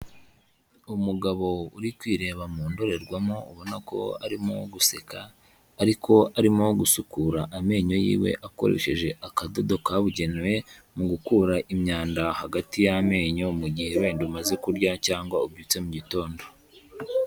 Umugabo uri kwireba mu ndorerwamo ubona ko arimo guseka, ariko arimo gusukura amenyo yiwe akoresheje akadodo kabugenewe mu gukura imyanda hagati y'amenyo mu gihe wenda umaze kurya cyangwa ubyutse mu gitondo.